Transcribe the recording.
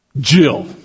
Jill